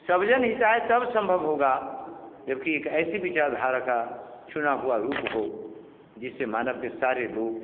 सब जन हिताय तब सम्भव होगा जो कि एक ऐसी विचारधारा का चुना हुआ रूप हो जिससे मानव के सारे रोग